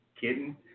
kitten